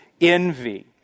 envy